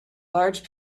large